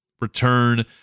return